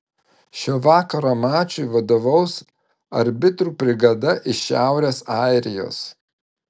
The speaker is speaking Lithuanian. šio vakaro mačui vadovaus arbitrų brigada iš šiaurės airijos